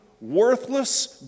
worthless